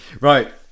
Right